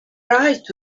right